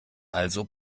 also